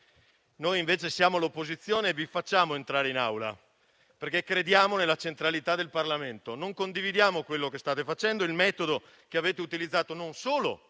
Noi invece siamo all'opposizione e vi facciamo entrare in Aula perché crediamo nella centralità del Parlamento. Non condividiamo quello che state facendo, il metodo che avete utilizzato non solo